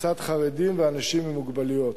לצד חרדים ואנשים עם מוגבלויות.